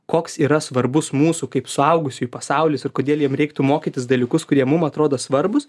koks yra svarbus mūsų kaip suaugusiųjų pasaulis ir kodėl jiem reiktų mokytis dalykus kurie mum atrodo svarbūs